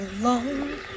alone